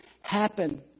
happen